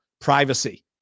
privacy